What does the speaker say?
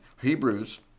Hebrews